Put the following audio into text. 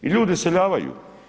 I ljudi iseljavaju.